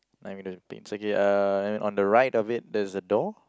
nine window panes okay uh on the right of it there's a door